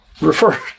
refer